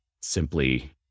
simply